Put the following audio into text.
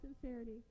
sincerity